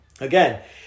again